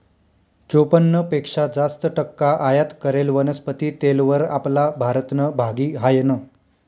चोपन्न पेक्शा जास्त टक्का आयात करेल वनस्पती तेलवर आपला भारतनं भागी हायनं